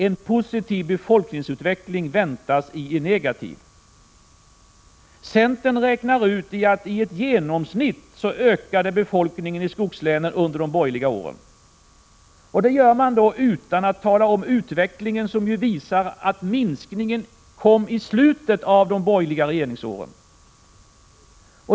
En positiv befolkningsutveckling vändes i en negativ. Centern räknar ut att befolkningen i skogslänen i genomsnitt ökade under de borgerliga åren. Det säger man utan att tala om att minskningen kom i slutet av de borgerliga regeringsåren.